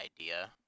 idea